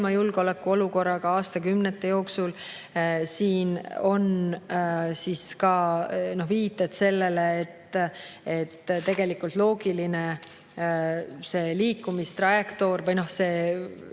julgeolekuolukorraga aastakümnete jooksul. Siin on ka viited sellele, et tegelikult loogiline liikumistrajektoor või